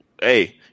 hey